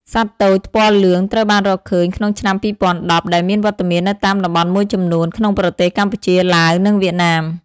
សត្វទោចថ្ពាល់លឿងត្រូវបានរកឃើញក្នុងឆ្នាំ២០១០ ដែលមានវត្តមាននៅតាមតំបន់មួយចំនួនក្នុងប្រទេសកម្ពុជា ឡាវ និងវៀតណាម។